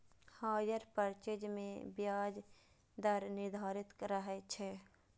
hire purchase मे ब्याज दर निर्धारित रहै छै